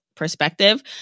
perspective